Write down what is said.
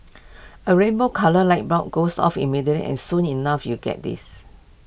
A rainbow coloured light bulb goes off immediately and soon enough you get this